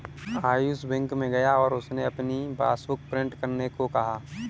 Ayush bank में गया और उससे अपनी पासबुक प्रिंट करने को कहा